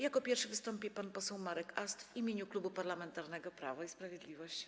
Jako pierwszy wystąpi pan poseł Marek Ast w imieniu Klubu Parlamentarnego Prawo i Sprawiedliwość.